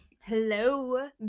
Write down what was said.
Hello